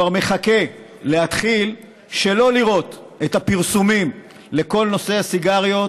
אני כבר מחכה להתחיל שלא לראות את הפרסומים לכל נושא הסיגריות,